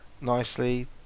nicely